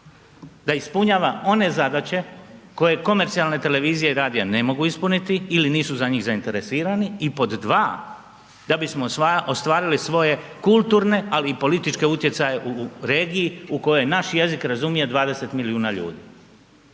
da ispunjava one zadaće koje komercijalne televizije i radija ne mogu ispuniti ili nisu za njih zainteresirani. I pod dva, da bismo ostvarili svoje kulturne, ali i političke utjecaje u regiji u kojoj naš jezik razumije 20 milijuna ljudi.